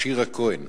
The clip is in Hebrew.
שירה כהן.